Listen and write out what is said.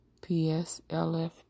PSLF